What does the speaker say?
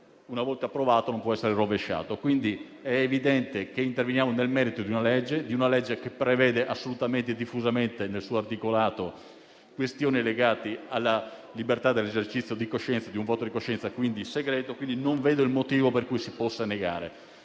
una volta approvato, non può essere rovesciato. È quindi evidente che interveniamo nel merito di un disegno di legge, che prevede diffusamente nel suo articolato questioni legate alla libertà dell'esercizio di coscienza, di un voto di coscienza: quindi segreto. Non vedo il motivo per cui si possa negare.